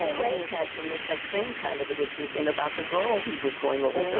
ah craig had to make that same kind of a decision about the girl he was going over so